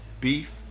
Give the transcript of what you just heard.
beef